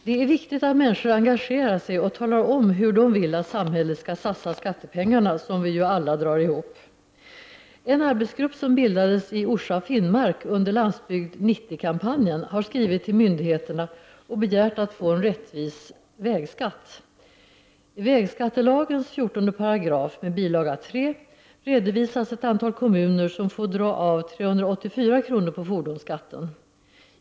Det är viktigt att människor engagerar sig och talar om hur de vill att samhället skall satsa skattepengarna som vi alla drar ihop. En arbetsgrupp som bildades i Orsa Finnmark under Landsbygd 90-kampanjen, har skrivit till myndigheterna och begärt att få en rättvis vägskatt. I 148 vägskattelagen, bil. 3, redovisas ett antal kommuner där man får dra av 384 kr. på fordonsskatten.